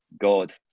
God